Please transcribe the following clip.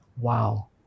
Wow